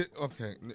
Okay